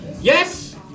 Yes